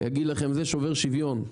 הוא יגיד לכם זה שובר שוויון,